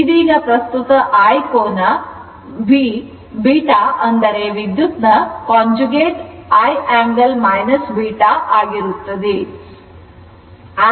ಇದೀಗ ಪ್ರಸ್ತುತ I I ಕೋನ β ಅಂದರೆ ವಿದ್ಯುತ್ ನ conjugate I angle β ಆಗಿರುತ್ತದೆ